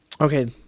okay